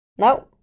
No